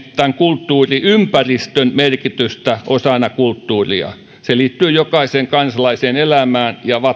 kulttuuriympäristön merkitystä osana kulttuuria se liittyy jokaisen kansalaisen elämään ja on